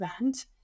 event